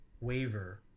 waver